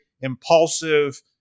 impulsive